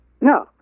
no